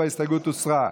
ההסתייגות הוסרה.